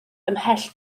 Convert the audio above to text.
ymhell